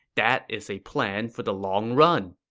that is a plan for the long run.